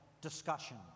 discussion